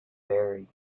vary